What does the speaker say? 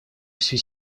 всю